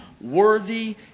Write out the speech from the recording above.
worthy